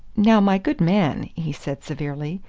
now, my good man, he said severely,